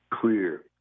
clear